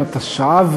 התשע"ו